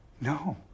no